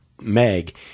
Meg